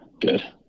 Good